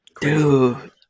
Dude